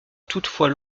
toutefois